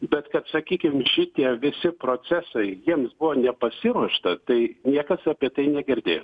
bet kad sakykim šitie visi procesai jiems buvo nepasiruošta tai niekas apie tai negirdėjo